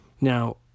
Now